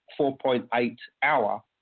4.8-hour